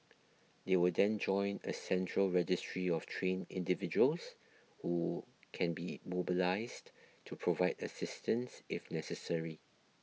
they will then join a central registry of trained individuals who can be mobilised to provide assistance if necessary